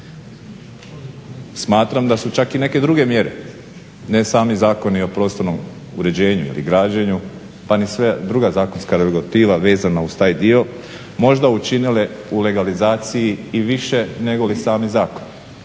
Smatram da su čak i neke druge mjere, ne sami zakoni o prostornom uređenju ili građenju pa ni sva druga zakonska regulativa vezana uz taj dio možda učinile u legalizaciji i više negoli sami zakon.